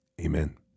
Amen